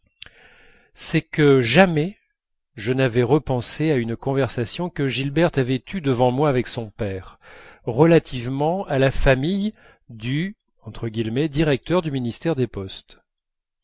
c'est que jamais je n'avais repensé à une conversation que gilberte avait eue devant moi avec son père relativement à la famille du directeur du ministère des postes